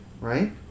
right